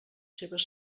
seves